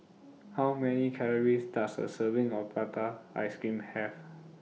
How Many Calories Does A Serving of Prata Ice Cream Have